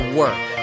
work